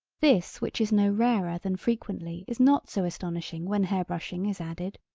this which is no rarer than frequently is not so astonishing when hair brushing is added.